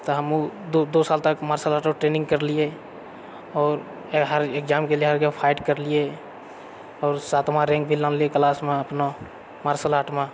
तऽ हमहुँ दो साल तक मार्शल आर्ट रऽ ट्रेनिंग करलियै आओर हर एग्जाम फाइट करलियै आओर सातमाँ रैंक भी लानलियै क्लासमे अपना मार्शल आर्टमे